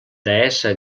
deessa